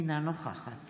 אינה נוכחת